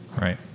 Right